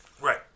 Right